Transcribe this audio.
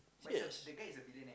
serious